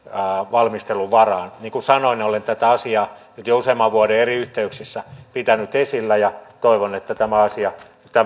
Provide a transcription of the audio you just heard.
valmistelun varaan niin kuin sanoin olen tätä asiaa nyt jo useamman vuoden eri yhteyksissä pitänyt esillä ja toivon että tämä asia tämän